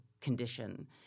condition